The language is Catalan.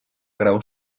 grau